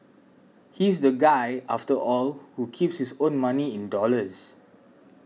he's the guy after all who keeps his own money in dollars